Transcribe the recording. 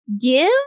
give